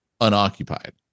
unoccupied